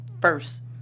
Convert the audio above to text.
first